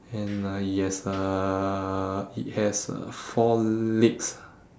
and uh it has uh it has uh four legs